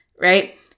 Right